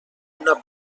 una